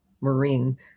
marine